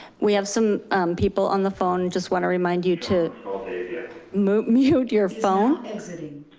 we have some people on the phone, just wanna remind you to mute mute your phone.